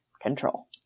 control